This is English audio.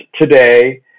today